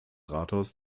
rathaus